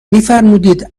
فرمودید